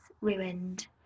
ruined